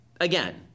Again